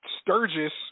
Sturgis